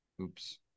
oops